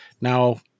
now